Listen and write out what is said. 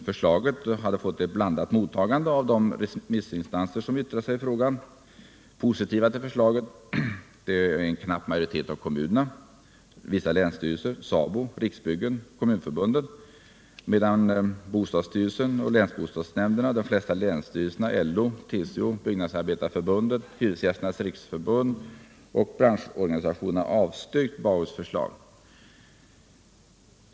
Förslaget hade fått ett blandat mottagande av de remissinstanser som yttrat sig I frågan. Positiva till förslaget är en knapp majoritet av kommunerna, vissa länsstyrelser, SABO, Riksbyggen och kommunföärbunden, medan bl.a. bostadsstyrelsen och länsbostadsnämnderna, de Nesta länsstyrelser, LO, TCO, Byggnadsarbetareförbundet, Hyresgästernas riksförbund och branschorganisationerna avstyrkt förslaget.